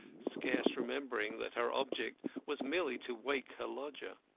scarce remembering that her object was merely to wake her lodger,